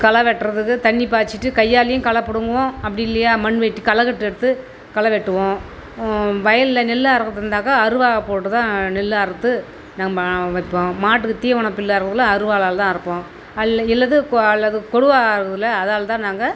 களை வெட்டுறதுக்கு தண்ணி பாய்ச்சிட்டு கையாலையும் களை பிடுங்குவோம் அப்படி இல்லையா மண்வெட்டி களை கட்டு எடுத்து களை வெட்டுவோம் வயலில் நெல்லு அறுக்கறதாக இருந்தாக்கா அருவாள் போட்டு தான் நெல்லு அறுத்து நம்ம வைப்போம் மாட்டுக்கு தீவனம் புல்லு அறுக்கக்குள்ள அருவாளால் தான் அறுப்போம் அல் இல்லது கோ அல்லது கொடுவா இருக்குதுல அதால தான் நாங்கள்